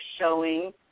showing